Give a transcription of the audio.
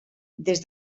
des